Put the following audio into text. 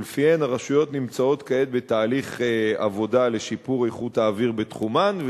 שלפיהן הרשויות נמצאות כעת בתהליך עבודה לשיפור איכות האוויר בתחומן,